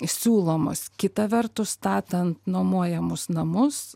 siūlomos kita vertus statant nuomojamus namus